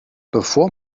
bevor